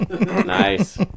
Nice